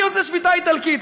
אני עושה שביתה איטלקית,